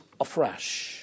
afresh